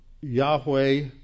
Yahweh